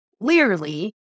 clearly